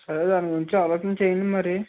సరే దాని గురించి ఆలోచన చెయ్యండి మరి